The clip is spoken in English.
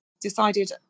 decided